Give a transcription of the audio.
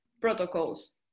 protocols